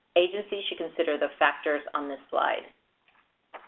agencies should consider the factors on this slide